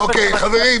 מידע,